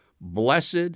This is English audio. Blessed